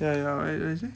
ya ya what you what you say